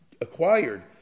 acquired